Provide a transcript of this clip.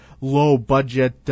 low-budget